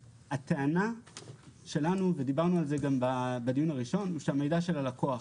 הטענה שלנו היא ודיברנו על זה בדיון הראשון שהמידע הוא של הלקוח.